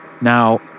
Now